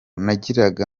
nagira